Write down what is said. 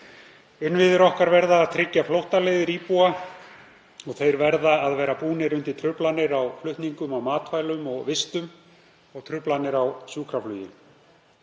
Innviðir okkar verða að tryggja flóttaleiðir íbúa og þeir verða að vera búnir undir truflanir á flutningum á matvælum og vistum og truflanir á sjúkraflugi.